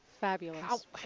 fabulous